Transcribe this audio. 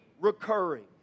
recurring